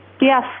Yes